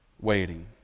waiting